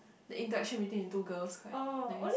the interaction between the two girls quite nice